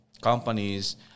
companies